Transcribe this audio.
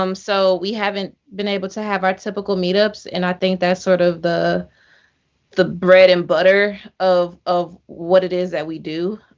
um so we haven't been able to have our typical meetups. and i think that's sort of the the bread and butter of of what it is that we do.